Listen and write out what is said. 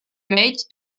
made